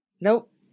Nope